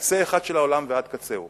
מקצה אחד של העולם ועד קצהו.